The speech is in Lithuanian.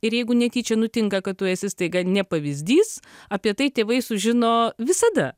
ir jeigu netyčia nutinka kad tu esi staiga ne pavyzdys apie tai tėvai sužino visada